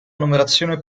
numerazione